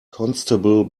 constable